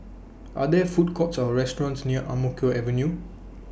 Are There Food Courts Or restaurants near Ang Mo Kio Avenue